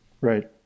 right